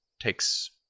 Takes